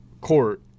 court